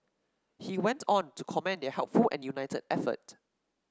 he went on to commend their helpful and united effort